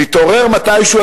נתעורר מתישהו,